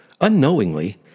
unknowingly